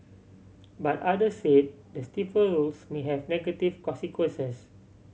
but other say the stiffer rules may have negative consequences